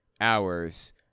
hours